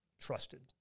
trusted